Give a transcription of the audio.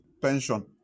pension